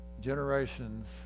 generations